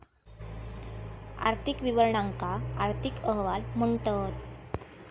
आर्थिक विवरणांका आर्थिक अहवाल म्हणतत